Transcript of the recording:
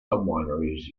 wineries